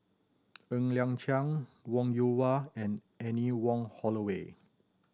Ng Liang Chiang Wong Yoon Wah and Anne Wong Holloway